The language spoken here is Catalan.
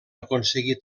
aconseguir